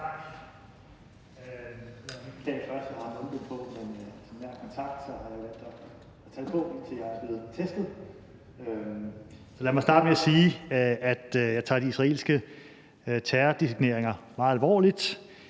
Lad mig starte med at sige, at jeg tager de israelske terrordesigneringer meget alvorligt.